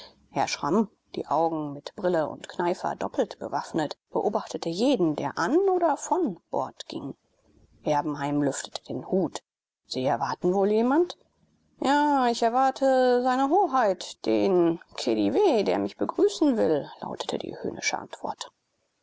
herr schramm die augen mit brille und kneifer doppelt bewaffnet beobachtete jeden der an oder von bord ging erbenheim lüftete den hut sie erwarten wohl jemand ja ich erwarte s hoheit den khedive der mich begrüßen will lautete die höhnische antwort